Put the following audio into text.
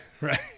Right